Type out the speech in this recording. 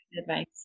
advice